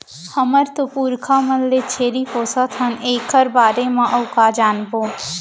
हमर तो पुरखा मन ले छेरी पोसत हन एकर बारे म अउ का जानबो?